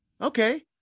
Okay